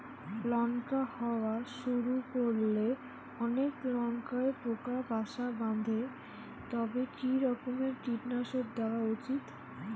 লঙ্কা হওয়া শুরু করলে অনেক লঙ্কায় পোকা বাসা বাঁধে তবে কি রকমের কীটনাশক দেওয়া উচিৎ?